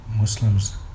Muslims